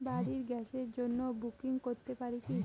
বাড়ির গ্যাসের জন্য বুকিং করতে পারি কি?